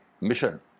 mission